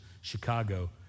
Chicago